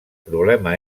problema